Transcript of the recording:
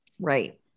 Right